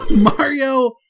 Mario